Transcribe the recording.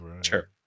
Sure